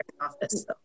office